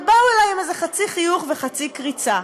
באו אלי עם איזה חצי חיוך וחצי קריצה.